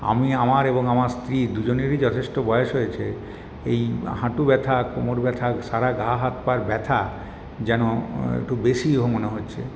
আমি আমার এবং আমার স্ত্রীর দুজনেরই যথেষ্ট বয়স হয়েছে এই হাঁটু ব্যথা কোমর ব্যথা সারা গা হাতপার ব্যথা যেন একটু বেশীও মনে হচ্ছে